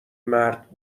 مرد